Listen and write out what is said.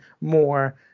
more